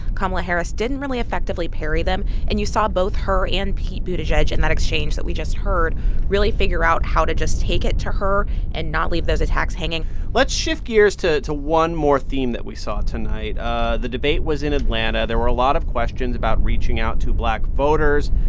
kamala harris didn't really effectively parry them. and you saw both her and pete buttigieg in and that exchange that we just heard really figure out how to just take it to her and not leave those attacks hanging let's shift gears to to one more theme that we saw tonight. ah the debate was in atlanta. there were a lot of questions about reaching out to black voters,